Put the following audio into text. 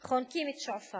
חונקים את שועפאט,